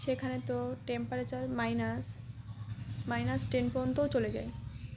সেখানে তো temperature minus minus ten পর্যন্তও চলে যায়